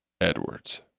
Edwards